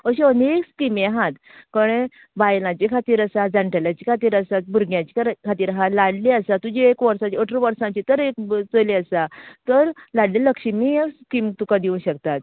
अश्यो अनेक स्किमी आहात कळ्ळें बायलांचे खातीर आसा जाण्टेलेंच्या खातीर आसात भुरग्यांच्या खातीर आसात लाडली आसात तुजे एक अठरा वर्सांचें तर एक चली आसा तर लाडली लक्ष्मी स्किम तुका दिवं शकतात